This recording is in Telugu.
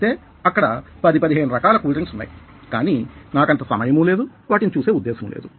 అయితే అక్కడ10 15 రకాల కూల్ డ్రింక్స్ ఉన్నాయి కానీ నాకంత సమయమూ లేదు వాటిని చూసే ఉద్దేశమూ లేదు